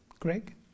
Greg